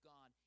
God